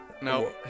No